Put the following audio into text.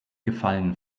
gefallen